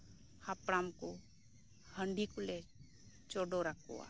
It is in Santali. ᱦᱟᱯᱲᱟᱢᱠᱚ ᱦᱟᱹᱰᱤ ᱠᱚᱞᱮ ᱪᱚᱰᱚᱨ ᱟᱠᱚᱣᱟ